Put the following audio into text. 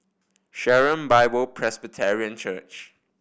Sharon Bible Presbyterian Church